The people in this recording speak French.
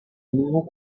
nouveau